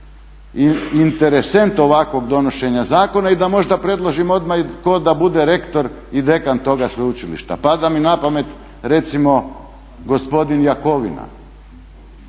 interesent ovakvog donošenja zakona i možda da predložim odmah tko da bude rektor i dekan toga sveučilišta. Pada mi na pamet recimo gospodin Jakovina